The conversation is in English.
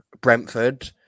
Brentford